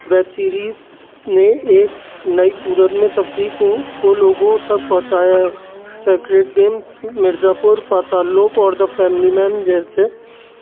web series نے ایک نئی صورت میں تفریح کو لوگوں کو لوگوں تک پہنچایا ہے Sacred Games Mirzapur Paatal Lok اور دا فیملی مین جیسے